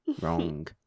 wrong